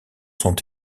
sont